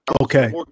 okay